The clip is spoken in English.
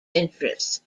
interests